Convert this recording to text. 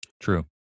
True